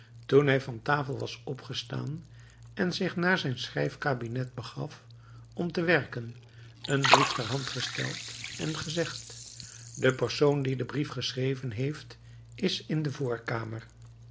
toen hij van tafel was opgestaan en zich naar zijn schrijfkabinet begaf om er te werken een brief ter hand gesteld en gezegd de persoon die den brief geschreven heeft is in de voorkamer